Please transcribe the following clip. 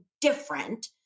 different